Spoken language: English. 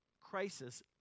crisis